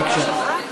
בבקשה.